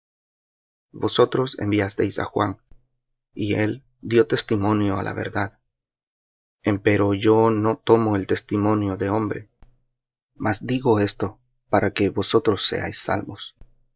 vosotros enviasteis á juan y dió testimonio á la verdad empero yo no tomo el testimonio de hombre mas digo esto para que vosotros seáis salvos